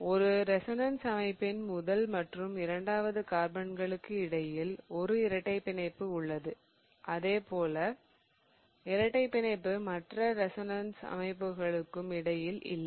ஒரு ரெசோனன்ஸ் அமைப்பின் முதல் மற்றும் இரண்டாவது கார்பன்களுக்கு இடையில் ஒரு இரட்டைப் பிணைப்பு உள்ளது இதேபோன்ற இரட்டைப் பிணைப்பு மற்ற ரெசோனன்ஸ் அமைப்புகளுக்கும் இடையில் இல்லை